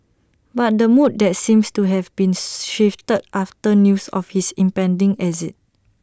but that mood that seems to have been shifted after news of his impending exit